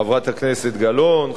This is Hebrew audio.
חברת הכנסת גלאון,